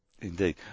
Indeed